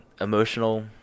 emotional